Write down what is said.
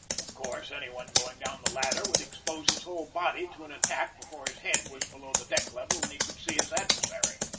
of course, any one going down the ladder would expose his whole body to an attack before his head was below the deck level and he could see his ad versary.